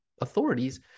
authorities